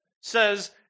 says